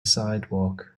sidewalk